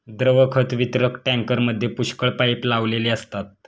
द्रव खत वितरक टँकरमध्ये पुष्कळ पाइप लावलेले असतात